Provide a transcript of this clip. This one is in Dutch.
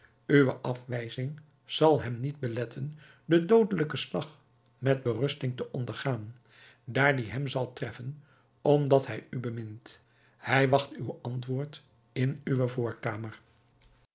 uwe afwijzing zal hem niet beletten den doodelijken slag met berusting te ondergaan daar die hem zal treffen omdat hij u bemint hij wacht uw antwoord in uwe